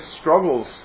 struggles